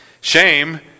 shame